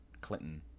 Clinton